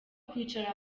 kwicara